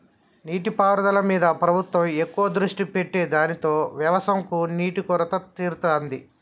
నీటి పారుదల మీద ప్రభుత్వం ఎక్కువ దృష్టి పెట్టె దానితో వ్యవసం కు నీటి కొరత తీరుతాంది